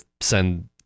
send